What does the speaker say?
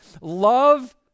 Love